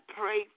pray